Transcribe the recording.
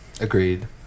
Agreed